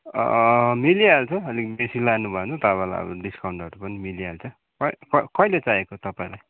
मिलिहाल्छ अलिक बेसी लानुभयो भने तपाईँलाई अब डिस्काउन्टहरू पनि मिलिहाल्छ कहिले चाहिएको तपाईँलाई